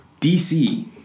DC